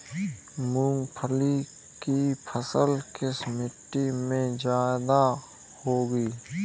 मूंगफली की फसल किस मिट्टी में ज्यादा होगी?